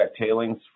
tailings